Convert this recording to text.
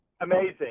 amazing